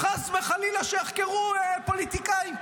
חס וחלילה שיחקרו פוליטיקאים,